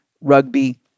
rugby